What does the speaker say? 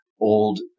old